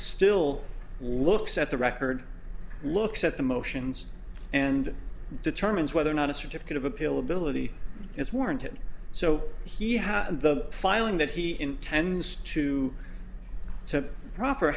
still looks at the record and looks at the motions and determines whether or not a certificate of appeal ability is warranted so he has the filing that he intends to to proper